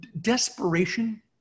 desperation